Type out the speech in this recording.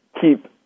keep